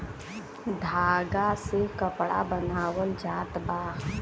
धागा से कपड़ा बनावल जात बा